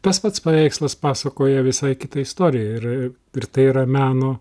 tas pats paveikslas pasakoja visai kitą istoriją ir ir tai yra meno